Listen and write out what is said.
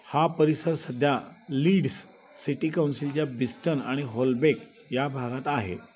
हा परिसर सध्या लीड्स सिटी कौन्सिलच्या बिस्टन आणि होलबेक या भागात आहे